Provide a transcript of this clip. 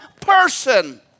person